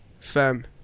Fam